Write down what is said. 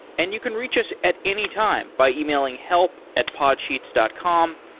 and you can reach us at any time by emailing help at podsheets dot com.